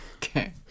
okay